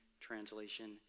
Translation